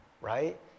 right